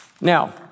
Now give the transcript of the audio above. Now